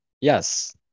yes